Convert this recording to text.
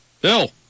Bill